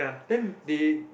then they